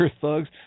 thugs